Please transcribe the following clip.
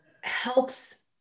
helps